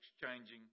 exchanging